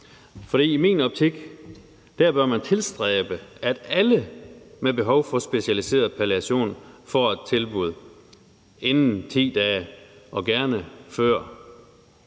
For i min optik bør man tilstræbe, at alle med behov for specialiseret palliation får et tilbud inden 10 dage og gerne før.